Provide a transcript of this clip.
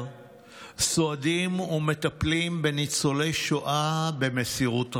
סועדים ומטפלים בניצולי שואה במסירות רבה.